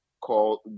called